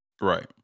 Right